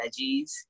veggies